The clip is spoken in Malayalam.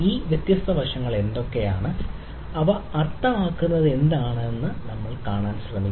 വ്യത്യസ്ത വശങ്ങൾ എന്തൊക്കെയാണ് അവ അർത്ഥമാക്കുന്നത് എന്താണെന്ന് നമ്മൾ കാണാൻ ശ്രമിക്കുന്നു